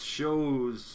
shows